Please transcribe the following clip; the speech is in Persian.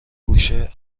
گوشه